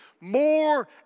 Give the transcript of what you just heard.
more